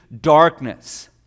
darkness